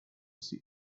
see